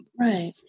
Right